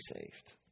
saved